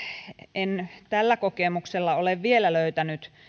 en tällä kokemuksella ole vielä löytänyt